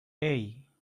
hey